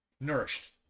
Nourished